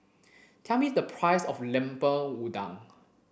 tell me the price of lemper udang